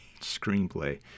screenplay